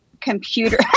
computer